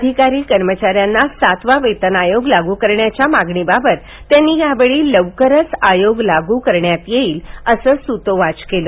अधिकारी कर्मचाऱ्यांना सातवा वेतन आयोग लागू करण्याच्या मागणीबाबत त्यांनी यावेळी लवकरच आयोग लागू करण्यात येईल असे सूतोवाच केले